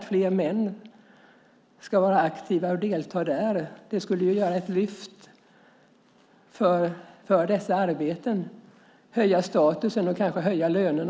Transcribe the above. Om fler män var aktiva och deltog där skulle det utgöra ett lyft för dessa arbeten; det skulle höja statusen och kanske också lönerna.